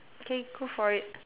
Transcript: okay go for it